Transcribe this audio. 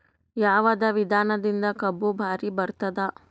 ಯಾವದ ವಿಧಾನದಿಂದ ಕಬ್ಬು ಭಾರಿ ಬರತ್ತಾದ?